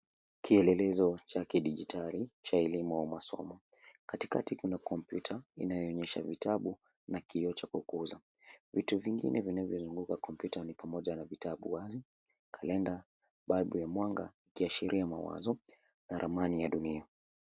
Kielelezo cha kidijitali cha elimu au masomo. Katikati kuna kompyuta inayoonyesha vitabu na kioo cha kukuza. Vitu vingine vinavyozunguka kompyuta ni pamoja na vitabu wazi, kalenda, bulbu ya mwanga ikiashiria mawazo na ramani ya dunia.